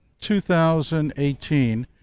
2018